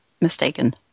mistaken